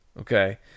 Okay